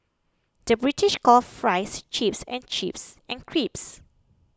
the British calls Fries Chips and chips and crisps